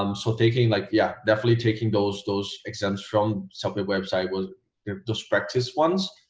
um so taking like yeah definitely taking those those exams from something website was just practice ones